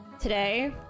today